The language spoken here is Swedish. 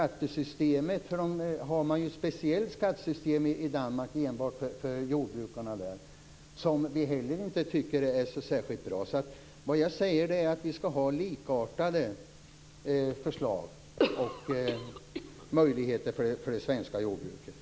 Det speciella skattesystem som man har för jordbrukarna i Danmark tycker vi inte är särskilt bra. Vad jag menar är att det svenska jordbruket skall ha likvärdiga möjligheter.